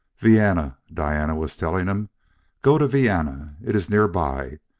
vienna, diane was telling him go to vienna! it is nearby.